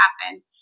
happen